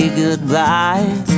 goodbye